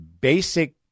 basic